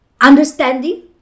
understanding